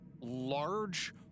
large